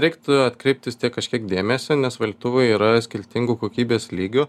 reiktų atkreipt vis tiek kažkiek dėmesio nes valytuvai yra skirtingų kokybės lygių